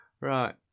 Right